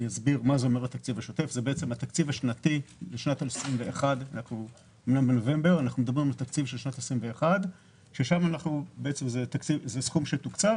אסביר מה זה אומר התקציב השוטף זה בעצם התקציב השנתי לשנת 2021. אנחנו בנובמבר ואנחנו מדברים על התקציב של שנת 2021. זה סכום שתוקצב